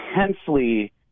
intensely